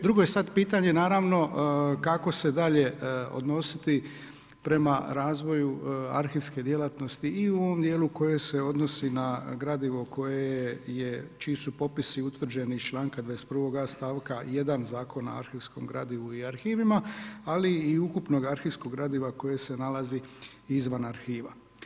Drugo je sada pitanje naravno kako se dalje odnositi prema razvoju arhivske djelatnosti i u onom dijelu koje se odnosi na gradivo čiji su popisi utvrđeni iz članka 21.a stavka 1. Zakona o arhivskom gradivu i arhivima, ali i ukupnog arhivskog gradiva koje se nalazi izvan arhiva.